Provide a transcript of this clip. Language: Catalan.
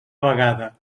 vegada